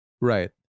right